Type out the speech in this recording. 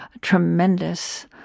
tremendous